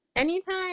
Anytime